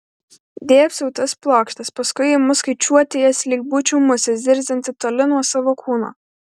dėbsau į tas plokštes paskui imu skaičiuoti jas lyg būčiau musė zirzianti toli nuo savo kūno